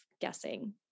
guessing